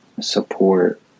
support